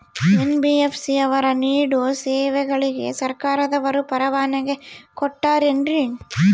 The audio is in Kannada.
ಎನ್.ಬಿ.ಎಫ್.ಸಿ ಅವರು ನೇಡೋ ಸೇವೆಗಳಿಗೆ ಸರ್ಕಾರದವರು ಪರವಾನಗಿ ಕೊಟ್ಟಾರೇನ್ರಿ?